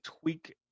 tweak